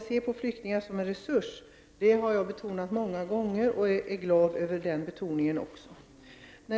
till Sverige via Polen.